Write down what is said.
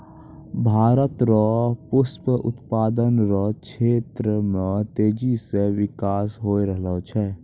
भारत रो पुष्प उत्पादन रो क्षेत्र मे तेजी से बिकास होय रहलो छै